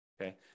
okay